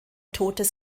totes